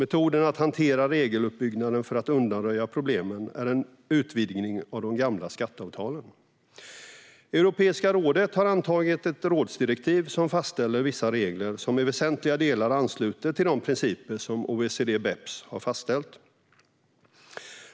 Metoden att hantera regeluppbyggnaden för att undanröja problemen är en utvidgning av de gamla skatteavtalen. Europeiska rådet har antagit ett rådsdirektiv som fastställer vissa regler som i väsentliga delar ansluter till de principer som OECD-BEPS har fastställt.